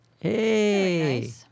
Hey